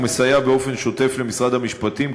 הוא מסייע באופן שוטף למשרד המשפטים,